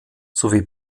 sowie